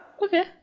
Okay